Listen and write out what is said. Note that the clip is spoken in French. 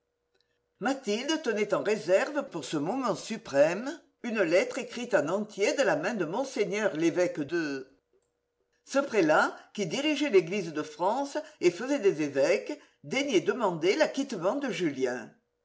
mathilde tenait en réserve pour ce moment suprême une lettre écrite en entier de la main de mgr l'évêque de ce prélat qui dirigeait l'église de france et faisait des évêques daignait demander l'acquittement de julien